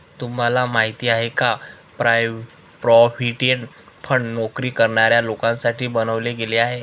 तुम्हाला माहिती आहे का? प्रॉव्हिडंट फंड नोकरी करणाऱ्या लोकांसाठी बनवले गेले आहे